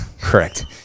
correct